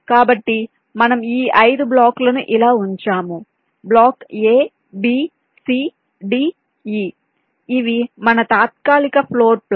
కాబట్టి మనం ఈ 5 బ్లాక్లను ఇలా ఉంచాము block a b c d e ఇవి మన తాత్కాలిక ఫ్లోర్ ప్లాన్